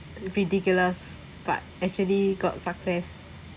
ridiculous but actually got success